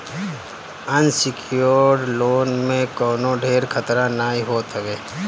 unsecured loan में कवनो ढेर खतरा नाइ होत हवे